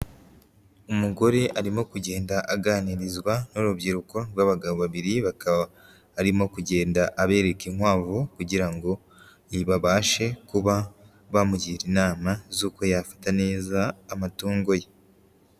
Umugore arimo kugenda aganirizwa n'urubyiruko rw'abagabo babiri, bakaba arimo kugenda abereka inkwavu kugira ngo abashe kuba bamugira inama z'uko yafata neza amatungo ye.